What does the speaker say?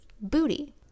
booty